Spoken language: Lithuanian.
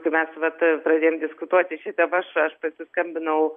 tai męs vat pradėjom diskutuoti šitą aš pasiskambinau